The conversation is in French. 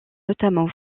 notamment